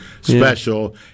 special